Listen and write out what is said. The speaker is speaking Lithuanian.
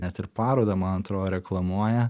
net ir parodą man atrodo reklamuoja